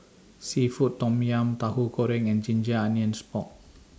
Seafood Tom Yum Tahu Goreng and Ginger Onions Pork